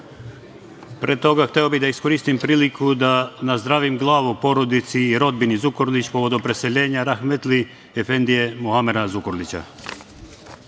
Pre toga hteo bih da iskoristim priliku da nazdravim glavu porodici i rodbini Zukorlić povodom preseljenja rahmetli efendija Muamera Zukorlića. Gospodine